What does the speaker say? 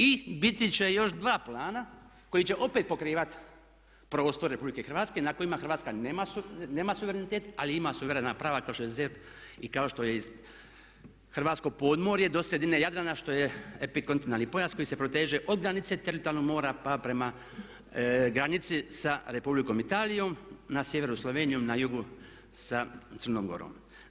I biti će još dva plana koji će opet pokrivati prostor RH na kojima Hrvatska nema suverenitet ali ima suverena prava kao što je ZERP i kao što je Hrvatsko podmorje do sredine Jadrana što je epikontinentalni pojas koji se proteže od granice teritorijalnog mora pa prema granici sa Republikom Italijom, na sjeveru Slovenijom, na jugu sa Crnom Gorom.